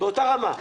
באותה רמה,